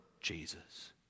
Jesus